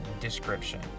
description